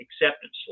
acceptance